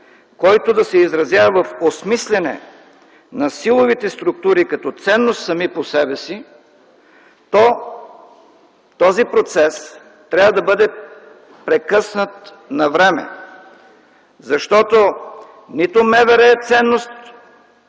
който да се изразява в осмисляне на силовите структури като ценност, сами по себе си, то този процес трябва да бъде прекъснат навреме. Защото нито МВР е ценност